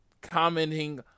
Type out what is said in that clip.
commenting